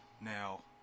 Now